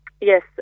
Yes